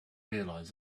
realize